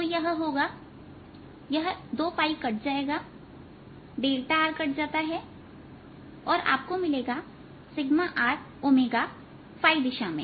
तो यह होगा यह 2 कट जाएगा r कट जाता है और आपको मिलेगा rωदिशा में